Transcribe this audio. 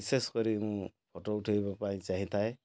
ବିଶେଷ କରି ମୁଁ ଫଟୋ ଉଠାଇବା ପାଇଁ ଚାହିଁଥାଏ